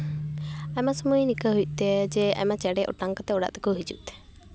ᱟᱭᱢᱟ ᱥᱚᱢᱚᱭ ᱱᱤᱝᱠᱟᱹ ᱦᱩᱭᱩᱜ ᱛᱮ ᱡᱮ ᱟᱭᱢᱟ ᱪᱮᱬᱮ ᱚᱴᱟᱝ ᱠᱟᱛᱮᱜ ᱚᱲᱟᱜ ᱛᱮᱠᱚ ᱦᱤᱡᱩᱜ ᱛᱮ